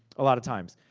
a lot of times.